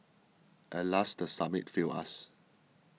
alas the summit failed us